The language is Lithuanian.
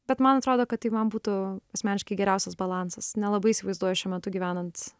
bet man atrodo kad tai man būtų asmeniškai geriausias balansas nelabai įsivaizduoju šiuo metu gyvenant